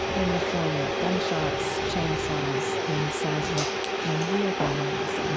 in the form of gunshots, chainsaws, and seismic and vehicle noise.